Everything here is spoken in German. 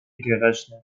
gerechnet